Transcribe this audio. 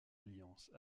alliances